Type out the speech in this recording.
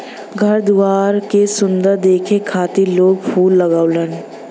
घर दुआर के सुंदर दिखे खातिर लोग फूल लगावलन